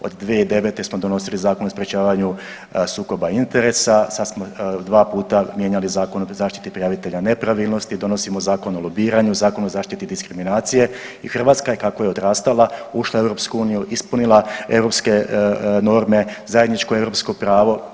Od 2009. smo donosili Zakon o sprječavanju sukoba interesa, sad smo dva puta mijenjali Zakon o zaštiti prijavitelja nepravilnosti, donosimo Zakon o lobiranju, Zakon o zaštiti diskriminacije i Hrvatska je kako je odrastala ušla u EU, ispunila europske norme, zajedničko europsko pravo.